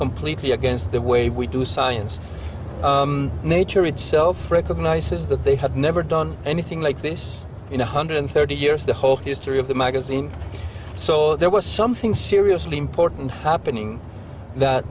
completely against the way we do science nature itself recognizes that they had never done anything like this in one hundred thirty years the whole history of the magazine so there was something seriously important happening that